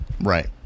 Right